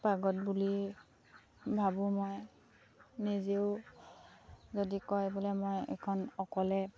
পাগত বুলি ভাবোঁ মই নিজেও যদি কয় বোলে মই এখন অকলে